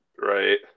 Right